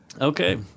Okay